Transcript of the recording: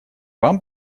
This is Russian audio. вам